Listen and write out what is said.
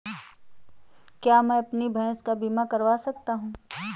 क्या मैं अपनी भैंस का बीमा करवा सकता हूँ?